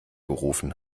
gerufen